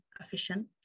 efficient